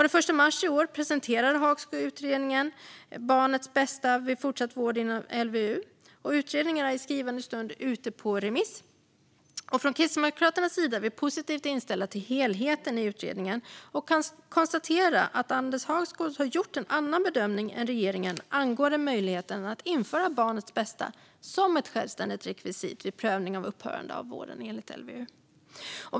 Den 1 mars i år presenterade Hagsgård utredningen Barnets bästa vid fortsatt vård enligt LVU , och utredningen är i skrivande stund ute på remiss. Från Kristdemokraternas sida är vi positivt inställda till helheten i utredningen och kan konstatera att Anders Hagsgård har gjort en annan bedömning än regeringen angående möjligheten att införa barnets bästa som ett självständigt rekvisit vid prövning av upphörande av vård enligt LVU.